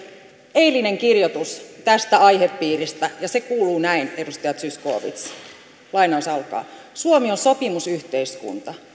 eilinen kirjoitus tästä aihepiiristä ja se kuuluu näin edustaja zyskowicz suomi on sopimusyhteiskunta